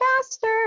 faster